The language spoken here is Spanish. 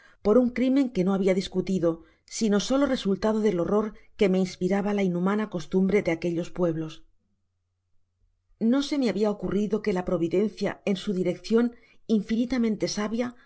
por un crimen que no habia discutido sino solo resnltado del horror que me inspiraba la inhumana costumbre de aquellos pueblos no se me habia ocurrido que la providencia en su dirección infinitamente sábia